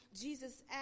Jesus